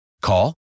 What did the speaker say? Call